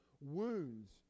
wounds